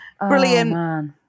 brilliant